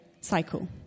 cycle